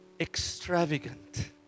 extravagant